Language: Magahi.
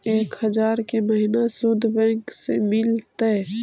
एक हजार के महिना शुद्ध बैंक से मिल तय?